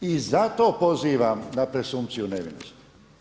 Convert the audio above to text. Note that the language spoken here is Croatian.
I zato pozivam na presumpciju nevinosti.